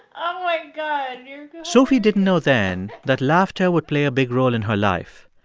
oh, my god yeah sophie didn't know then that laughter would play a big role in her life.